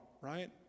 right